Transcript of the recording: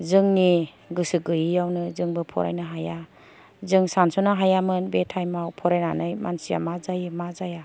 जोंनि गोसो गैयैआवनो जोंबो फरायनो हाया जों सानस' नों हायामोन बे टाइमाव फरायनानै मानसिया मा जायो जाया